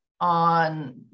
on